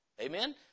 Amen